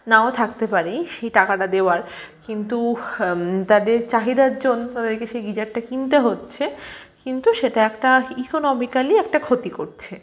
নাও থাকতে পারে সেই টাকাটা দেওয়ার কিন্তু তাদের চাহিদার জন্য তাদেরকে সেই গিজারটা কিনতে হচ্ছে কিন্তু সেটা একটা ইকোনমিকালি একটা ক্ষতি করছে